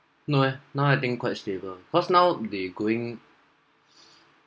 no eh now I think quite stable cause now they going